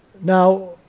Now